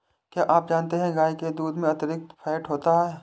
क्या आप जानते है गाय के दूध में अतिरिक्त फैट होता है